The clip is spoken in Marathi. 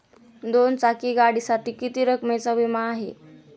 दोन चाकी गाडीसाठी किती रकमेचा विमा आहे?